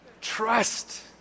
Trust